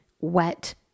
wet